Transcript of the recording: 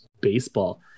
baseball